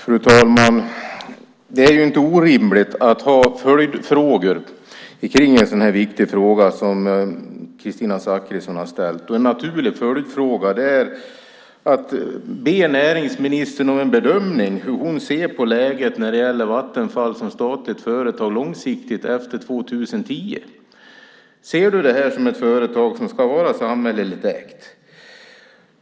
Fru talman! Det är inte orimligt att ha följdfrågor kring en sådan viktig fråga som Kristina Zakrisson har ställt. En naturlig följdfråga är att be näringsministern om en bedömning av hur hon ser på läget när det gäller Vattenfall som statligt företag långsiktigt efter 2010. Ser du det här som ett företag som ska vara samhälleligt ägt?